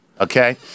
Okay